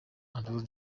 andrew